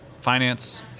finance